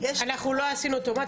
אנחנו לא עשינו אוטומט,